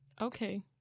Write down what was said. Okay